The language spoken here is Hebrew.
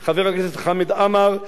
חברת הכנסת מירי רגב,